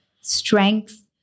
strength